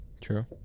True